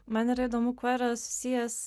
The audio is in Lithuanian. man yra įdomu kuo yra susijęs